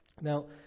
Now